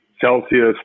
Celsius